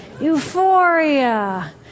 Euphoria